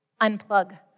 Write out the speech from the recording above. unplug